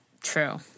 True